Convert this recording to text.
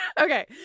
Okay